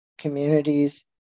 communities